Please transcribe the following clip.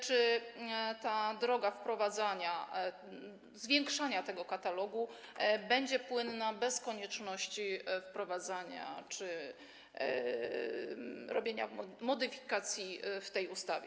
Czy ta droga wprowadzania, zwiększania tego katalogu będzie płynna bez konieczności wprowadzania czy robienia modyfikacji w tej ustawie?